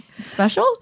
special